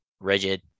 rigid